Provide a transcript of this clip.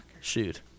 Shoot